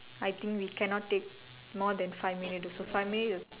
I think we cannot take more than five minute also five minute is